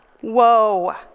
Whoa